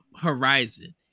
Horizon